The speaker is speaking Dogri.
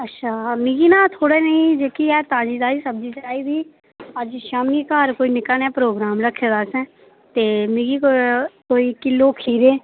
अच्छा मिगी ना थोह्ड़ी जेही जेहकी ऐ ताजी सब्जी चाहिदी अज्ज शामी घर कोई निक्का जेहा प्रोग्राम रक्खे दा असें ते मिगी कोई कोई किलो खीरे